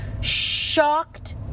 shocked